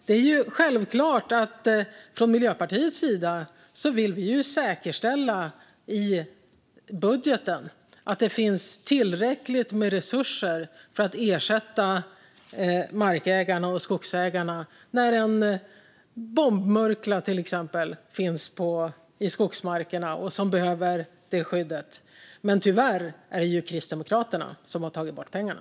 Det är därför självklart att vi från Miljöpartiets sida i budgeten vill säkerställa att det finns tillräckligt med resurser för att ersätta markägarna och skogsägarna när till exempel en bombmurkla finns i skogsmarkerna och behöver skyddas. Men tyvärr är det Kristdemokraterna som har tagit bort pengarna.